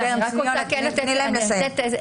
קרן, תני להם לסיים.